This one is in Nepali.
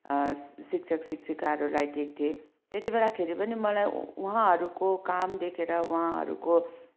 शिक्षक शिक्षिकाहरूलाई देख्थेँ त्यति बेलाखेरि पनि मलाई उहाँहरूको काम देखेर उहाँहरूको